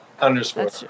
Underscore